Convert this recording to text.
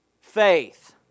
faith